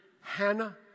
Hannah